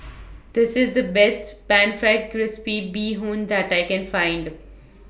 This IS The Best Pan Fried Crispy Bee Hoon that I Can Find